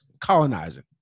colonizing